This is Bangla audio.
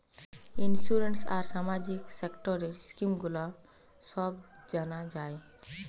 ইন্সুরেন্স আর সামাজিক সেক্টরের স্কিম গুলো সব জানা যায়